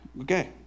Okay